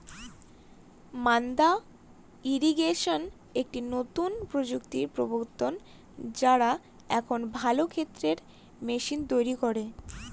মাদ্দা ইরিগেশন একটি নতুন প্রযুক্তির প্রবর্তক, যারা এখন ভালো ক্ষেতের মেশিন তৈরী করে